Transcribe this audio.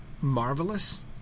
marvelous